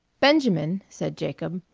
benjamin, said jacob,